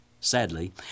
Sadly